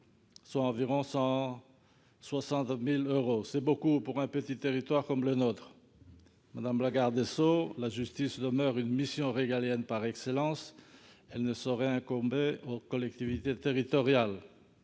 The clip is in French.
soit environ 160 000 euros, une somme importante pour un petit territoire comme le nôtre. Madame la garde des sceaux, la justice demeure une mission régalienne par excellence : elle ne saurait incomber aux collectivités territoriales